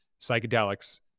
psychedelics